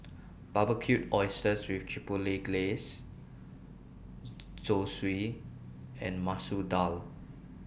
Barbecued Oysters with Chipotle Glaze Zosui and Masoor Dal